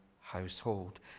household